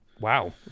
Wow